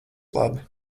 labi